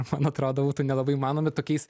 man atrodo būtų nelabai įmanomi tokiais